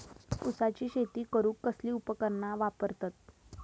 ऊसाची शेती करूक कसली उपकरणा वापरतत?